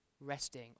resting